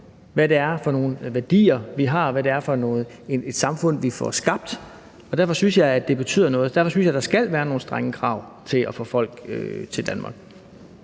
hvad det er for nogle værdier, vi har, og hvad det er for et samfund, vi får skabt, og derfor synes jeg, at det betyder noget. Derfor synes jeg, at der skal være nogle strenge krav for at få folk til Danmark.